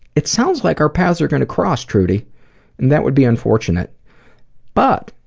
it sounds like our paths are going to cross trudy and that would be unfortunate but